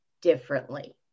differently